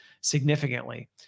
significantly